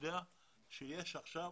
יודע שיש עכשיו